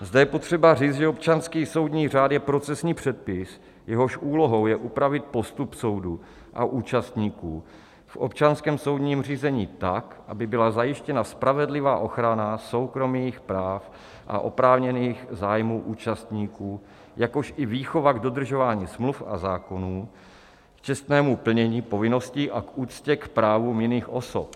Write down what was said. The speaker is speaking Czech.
Zde je potřeba říct, že občanský soudní řád je procesní předpis, jehož úlohou je upravit postup soudu a účastníků v občanském soudním řízení tak, aby byla zajištěna spravedlivá ochrana soukromých práv a oprávněných zájmů účastníků, jakož i výchova k dodržování smluv a zákonů k čestnému plnění povinností a k úctě k právům jiných osob.